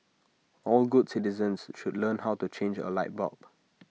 all good citizens should learn how to change A light bulb